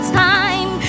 time